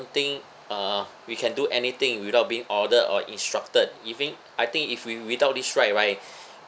I think uh we can do anything without being ordered or instructed even I think if we without this right right